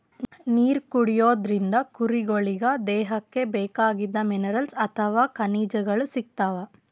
ನೀರ್ ಕುಡಿಯೋದ್ರಿಂದ್ ಕುರಿಗೊಳಿಗ್ ದೇಹಕ್ಕ್ ಬೇಕಾಗಿದ್ದ್ ಮಿನರಲ್ಸ್ ಅಥವಾ ಖನಿಜಗಳ್ ಸಿಗ್ತವ್